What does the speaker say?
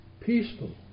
Peaceful